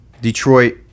Detroit